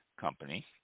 company